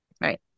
right